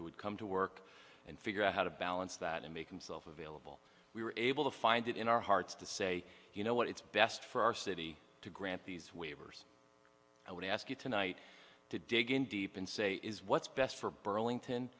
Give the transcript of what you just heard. who would come to work and figure out how to balance that and make himself available we were able to find it in our hearts to say you know what it's best for our city to grant these waivers i would ask you tonight to dig in deep in say is what's best for burlington